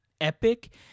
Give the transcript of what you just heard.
epic